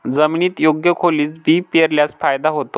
जमिनीत योग्य खोलीत बी पेरल्यास फायदा होतो